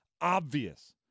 obvious